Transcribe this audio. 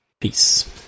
peace